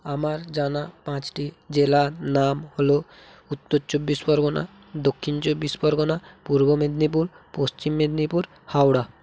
আমার জানা পাঁচটি জেলার নাম হলো উত্তর চব্বিশ পরগনা দক্ষিণ চব্বিশ পরগনা পূর্ব মেদিনীপুর পশ্চিম মেদিনীপুর হাওড়া